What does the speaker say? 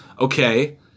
okay